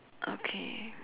okay